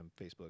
Facebook